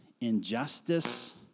injustice